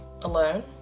alone